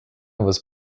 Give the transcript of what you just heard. was